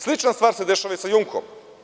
Slična stvar se dešava i sa „Jumkom“